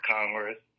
Congress